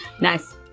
Nice